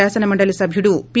శాసన మండలి సభ్యుడు పి